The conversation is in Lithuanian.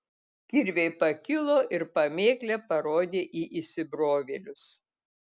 kirviai pakilo ir pamėklė parodė į įsibrovėlius